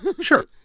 Sure